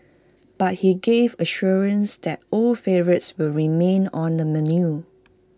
but he gave assurance that old favourites will remain on the menu